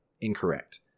incorrect